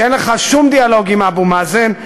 שאין לך שום דיאלוג עם אבו מאזן,